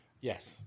Yes